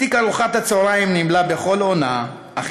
/ תיק ארוחת הצהריים נמלא בכל עונה,